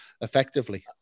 effectively